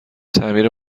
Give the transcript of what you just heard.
تعمیر